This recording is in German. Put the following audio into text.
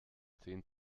zehn